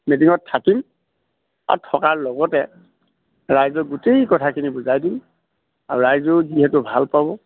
মিটিঙত থাকিম আৰু থকাৰ লগতে ৰাইজৰ গোটেই কথাখিনি বুজাই দিম আৰু ৰাইজে যিহেতু ভাল পাব